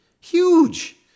Huge